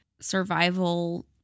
survival